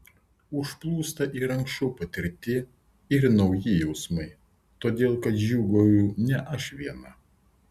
užplūsta ir anksčiau patirti ir nauji jausmai todėl kad džiūgauju ne aš viena